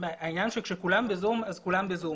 העניין הוא שכאשר כולם ב-זום, אז כולם ב-זום.